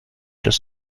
das